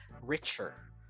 richer